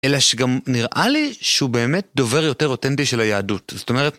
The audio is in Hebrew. אלא שגם נראה לי שהוא באמת דובר יותר אותנטי של היהדות, זאת אומרת...